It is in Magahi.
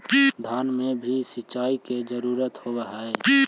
धान मे भी सिंचाई के जरूरत होब्हय?